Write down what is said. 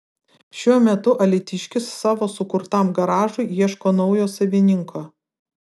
šiuo metu alytiškis savo sukurtam garažui ieško naujo savininko